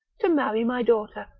to marry my daughter,